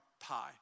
pie